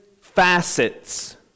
facets